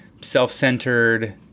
self-centered